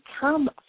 come